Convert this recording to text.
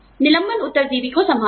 निलंबन उत्तरजीवी को संभालना